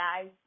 guys